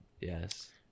Yes